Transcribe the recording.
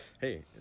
Hey